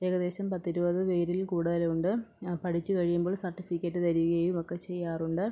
ഏകദേശം പത്തിരുപത് പേരിൽ കൂടുതലുണ്ട് പഠിച്ച് കഴിയുമ്പോൾ സർട്ടിഫിക്കറ്റ് തരികയും ഒക്കെ ചെയ്യാറുണ്ട്